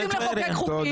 שמה יודעים לחוקק חוקים.